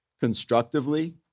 constructively